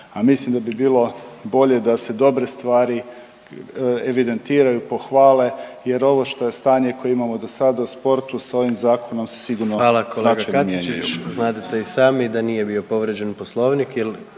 mislim da bi bilo bolje da se dobre stvari evidentiraju i pohvale jer ovo što je stanje koje imamo dosad u sportu s ovim zakonom se sigurno stvari ne mijenjaju. **Jandroković,